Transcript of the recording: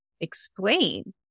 explain